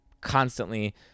constantly